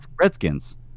Redskins